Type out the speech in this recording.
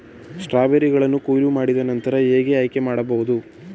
ಸ್ಟ್ರಾಬೆರಿಗಳನ್ನು ಕೊಯ್ಲು ಮಾಡಿದ ನಂತರ ಹೇಗೆ ಆಯ್ಕೆ ಮಾಡಬಹುದು?